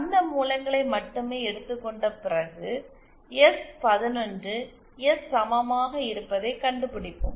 அந்த மூலங்களை மட்டுமே எடுத்துக் கொண்ட பிறகு எஸ் 11 எஸ் சமமாக இருப்பதைக் கண்டுபிடிப்போம்